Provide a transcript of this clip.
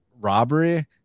robbery